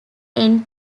end